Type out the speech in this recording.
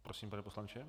Prosím, pane poslanče.